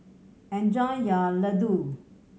enjoy your Ladoo